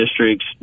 districts